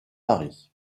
paris